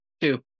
Two